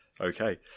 Okay